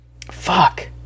Fuck